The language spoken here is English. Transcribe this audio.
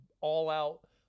all-out